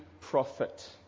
prophet